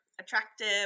attractive